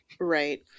Right